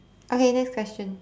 okay next question